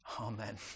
Amen